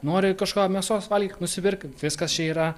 nori kažko mėsos valgyk nusipirk viskas čia yra